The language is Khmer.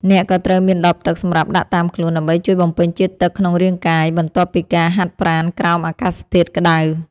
អ្នកក៏ត្រូវមានដបទឹកសម្រាប់ដាក់តាមខ្លួន ដើម្បីជួយបំពេញជាតិទឹកក្នុងរាងកាយ បន្ទាប់ពីការហាត់ប្រាណក្រោមអាកាសធាតុក្ដៅ។